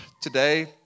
today